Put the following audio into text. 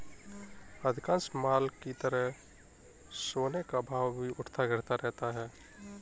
अधिकांश माल की तरह सोने का भाव भी उठता गिरता रहता है